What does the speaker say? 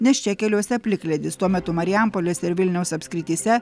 nes čia keliuose plikledis tuo metu marijampolės ir vilniaus apskrityse